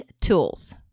tools